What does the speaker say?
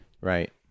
right